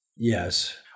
Yes